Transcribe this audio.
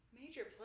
Major